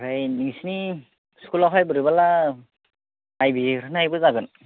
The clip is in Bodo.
ओमफ्राय नोंसोरनि स्कुलावहाय बोरैबाबा नायबिजिर हैनायबो जागोन